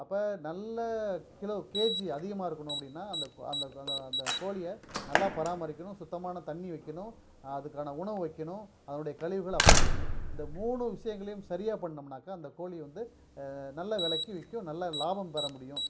அப்போ நல்ல kilo kg அதிகமாக இருக்கணும் அப்படின்னா அந்த அந்த அந்த அந்த கோழிய நல்லா பராமரிக்கணும் சுத்தமான தண்ணி வைக்கணும் அதுக்கான உணவு வைக்கணும் அதனுடைய கழிவுகள் அப்புறப்படுத்தணும் இந்த மூணு விஷயங்களையும் சரியாக பண்னோம்னாக்கா அந்த கோழி வந்து நல்ல விலைக்கு விற்கும் நல்ல லாபம் பெற முடியும்